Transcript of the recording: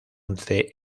once